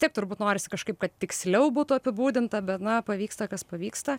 taip turbūt norisi kažkaip kad tiksliau būtų apibūdinta bet na pavyksta kas pavyksta